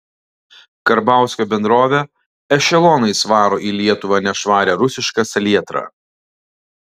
karbauskio bendrovė ešelonais varo į lietuvą nešvarią rusišką salietrą